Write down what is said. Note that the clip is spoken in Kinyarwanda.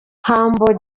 humble